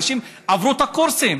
אנשים עברו את הקורסים.